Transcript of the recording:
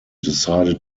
decided